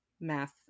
math